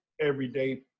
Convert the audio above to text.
everyday